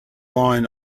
line